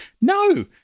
No